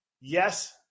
yes